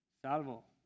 salvo